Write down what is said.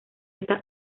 está